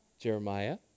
Jeremiah